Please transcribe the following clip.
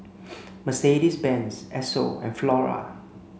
Mercedes Benz Esso and Flora